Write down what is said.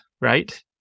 Right